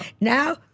now